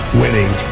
winning